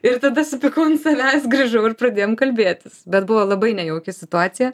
ir tada supykau ant savęs grįžau ir pradėjom kalbėtis bet buvo labai nejauki situacija